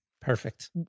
Perfect